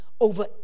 Over